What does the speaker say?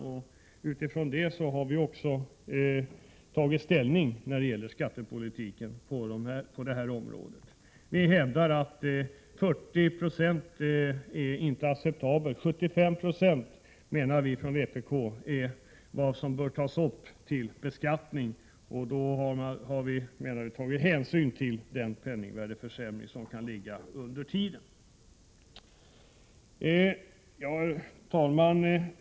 Det är utifrån detta synsätt vi har tagit ställning till skattepolitiken på det här området. Vi hävdar att 40 96 inte är acceptabelt. 75 20 menar vi från vpk är vad som bör tas upp till beskattning, och då har vi tagit hänsyn till den penningvärdesförsämring som kan ha skett under tiden. Herr talman!